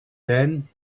then